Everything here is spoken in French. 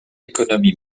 économie